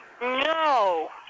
No